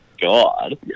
God